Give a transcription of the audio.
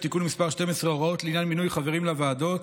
(תיקון מס' 12) (הוראת לעניין מינוי חברים לוועדות).